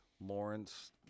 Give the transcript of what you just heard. Lawrence